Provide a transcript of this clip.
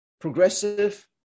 Progressive